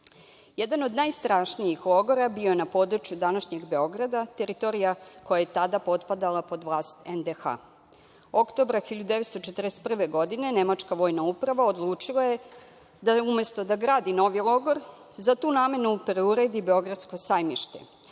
od najstrašnijih logora bio je na području današnjeg Beograda, teritorija koja je tada potpadala pod vlast NDH. Oktobra 1941. godine nemačka vojna uprava odlučila je da umesto da gradi novi logor za tu namenu, preuredi Beogradsko sajmište,